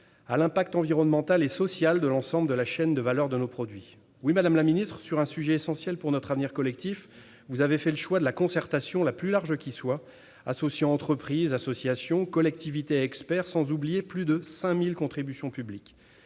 l'impact environnemental et social de l'ensemble de la chaîne de valeur de nos produits. Oui, madame la secrétaire d'État, sur un sujet essentiel pour notre avenir collectif, vous avez fait le choix de la concertation la plus large qui soit, associant entreprises, associations, collectivités et experts, sans oublier plus de 5 000 contributions publiques.